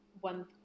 one